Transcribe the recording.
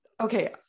Okay